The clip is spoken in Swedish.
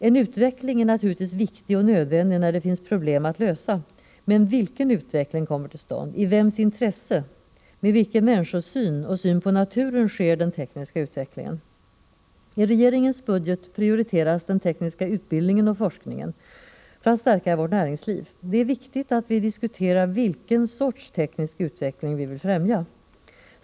En utveckling är naturligtvis viktig och nödvändig när det finns problem att lösa. Men vilken utveckling kommer till stånd? I vems intresse? Med vilken människosyn och syn på naturen sker den tekniska utvecklingen? I regeringens budget prioriteras den tekniska utbildningen och forskning en för att stärka vårt näringsliv. Det är viktigt att vi diskuterar vilken sorts teknisk utveckling vi vill främja.